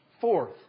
Fourth